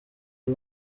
the